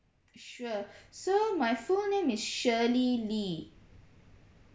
sure so my full name is shirley lee